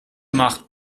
macht